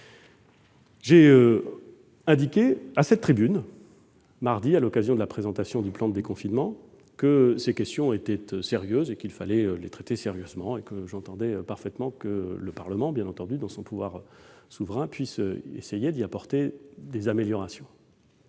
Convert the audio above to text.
J'ai indiqué ici même, à la tribune, lundi, à l'occasion de la présentation du plan de déconfinement, que ces questions étaient importantes et qu'il fallait les traiter sérieusement. J'entends parfaitement que le Parlement, dans son pouvoir souverain, puisse essayer d'apporter des améliorations.